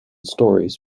stories